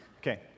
Okay